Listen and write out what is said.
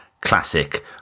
classic